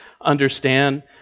understand